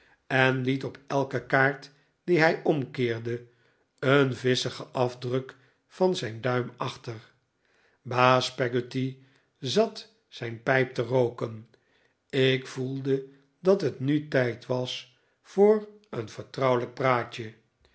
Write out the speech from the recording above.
en liet op elke kaart die hij omkeerde een visschigen afdruk van zijn duim achter baas peggotty zat zijn pijp te rooken ik voelde dat het nu tijd was voor een vertrouwelijk praatje